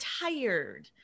tired